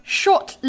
short